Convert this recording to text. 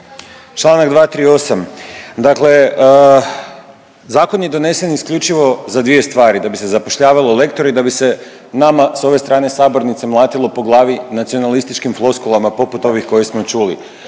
Čl. 238. Dakle zakon je donesen isključivo za dvije stvari. Da bi se zapošljavalo lektore i da bi se nama s ove strane sabornice mlatilo po glavi nacionalističkim floskulama poput ovih koje smo čuli.